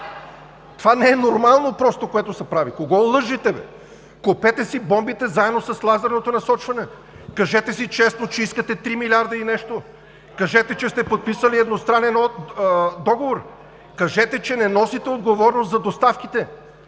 Това не е нормално просто, което се прави. Кого лъжете бе? Купете си бомбите заедно с лазерното насочване! Кажете си честно, че искате три милиарда и нещо, кажете, че сте подписали едностранен договор, кажете, че не носите отговорност за доставките!